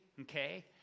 Okay